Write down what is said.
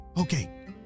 Okay